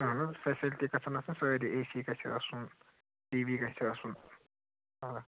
اہن حظ فیسَلٹی گژھَن آسٕنۍ سٲری اے سی گژھِ آسُن ٹی وی گژھِ آسُن آ